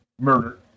murder